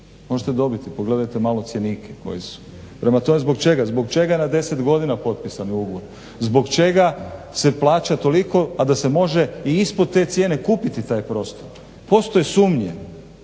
Možete dobiti, pogledajte malo cjenike koji su. Pored toga, zbog čega na deset godina potpisani ugovori? Zbog čega se plaća toliko, a da se može i ispod te cijene kupiti taj prostor? Postoje sumnje,